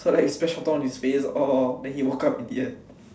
so like splash water on his face all then he woke up in the end